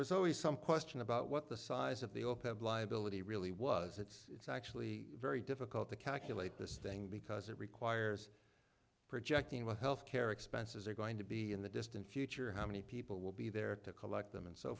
was always some question about what the size of the open liability really was it's actually very difficult to calculate this thing because it requires projecting what health care expenses are going to be in the distant future how many people will be there to collect them and so